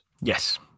Yes